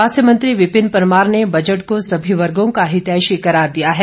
स्वास्थ्य मंत्री विपिन परमार ने बजट को सभी वर्गो का हितैषी करार दिया है